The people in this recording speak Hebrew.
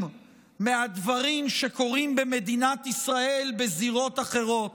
מהדברים שקורים במדינת ישראל בזירות אחרות.